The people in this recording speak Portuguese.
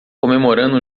comemorando